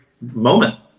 moment